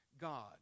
God